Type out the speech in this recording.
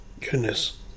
goodness